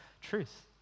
truth